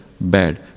bad